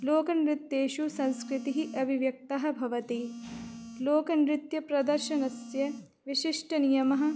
लोकनृत्येषु संस्कृतिः अभिव्यक्तः भवति लोकनृत्यप्रदर्शनस्य विशिष्टाः नियमाः